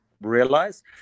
realize